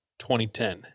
2010